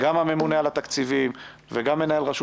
גם הממונה על התקציבים וגם מנהל רשות